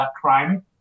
crime